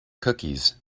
cookies